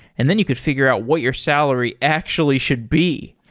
and then you could figure out what your salary actually should be.